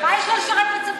מה יש לו לשרת בצבא?